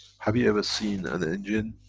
have you ever seen an engine,